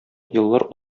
еллар